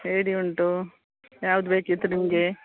ಏಡಿ ಉಂಟು ಯಾವ್ದು ಬೇಕಿತ್ತು ನಿಮಗೆ